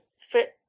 fit